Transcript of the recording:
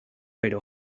pero